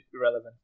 irrelevant